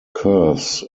curves